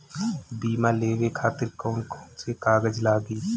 बीमा लेवे खातिर कौन कौन से कागज लगी?